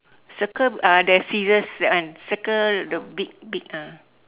circle uh the scissors that one circle the big big ah